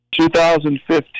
2015